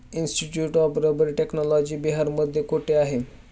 Institute of rubber technology बिहारमध्ये कोठे आहे?